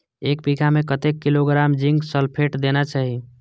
एक बिघा में कतेक किलोग्राम जिंक सल्फेट देना चाही?